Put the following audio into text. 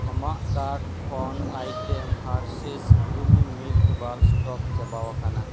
ᱟᱢᱟᱜ ᱠᱟᱨᱰ ᱠᱷᱚᱱ item Hershey's creamy milk bar stock ᱪᱟᱵᱟᱣ ᱟᱠᱟᱱᱟ